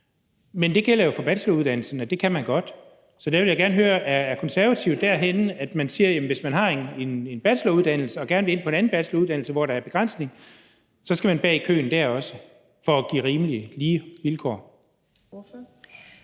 vil jeg sige, at på bacheloruddannelsen kan man jo godt det. Så jeg vil gerne høre: Er Konservative derhenne, hvor de siger, at hvis man har en bacheloruddannelse og gerne vil ind på en anden bacheloruddannelse, hvor der er begrænsning, så skal man bag i køen dér også, for at der er rimelige og lige vilkår?